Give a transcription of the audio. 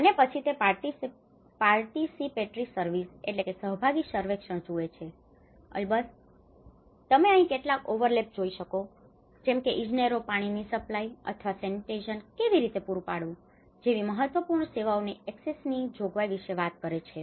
અને પછી તે પાર્ટીસીપેટરી સર્વેસ participatory surveys સહભાગી સર્વેક્ષણો જુએ છે અલબત્ત તમે અહીં કેટલાક ઓવરલેપ જોઈ શકો છો જેમકે ઇજનેરો પાણીની સપ્લાય supply પહોચાડવું અથવા સેનિટેશન sanitation સ્વચ્છતા કેવી રીતે પૂરું પાડવું જેવી મહત્વપૂર્ણ સેવાઓની એક્સેસની access વૃદ્ધિ જોગવાઈ વિશે વાત કરે છે